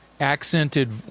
accented